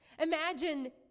Imagine